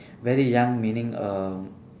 very young meaning uh